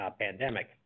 pandemic